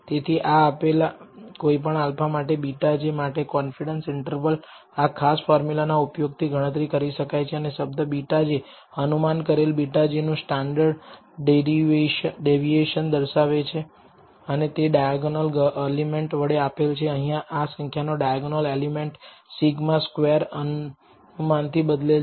તેથી આપેલા કોઈપણ α માટે βj માટે કોન્ફિડેન્સ ઈન્ટરવલ આ ખાસ ફોર્મ્યુલાના ઉપયોગથી ગણતરી કરી શકાય છે અને શબ્દ β̂j અનુમાન કરેલ β̂j નું સ્ટાન્ડર્ડ ડેવિએશન દર્શાવે છે અને તે ડાયાગોનલ એલિમેન્ટ વડે આપેલ છે અહીંયા આ સંખ્યાનો ડાયાગોનલ એલિમેન્ટ σ સ્ક્વેર અનુમાન થી બદલેલ છે